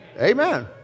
Amen